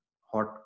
hot